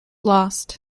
lost